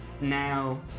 now